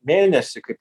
mėnesį kaip